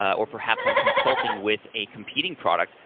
or perhaps i'm consulting with a competing product,